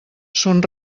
son